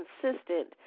consistent